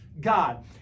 God